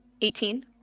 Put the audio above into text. Eighteen